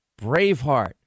Braveheart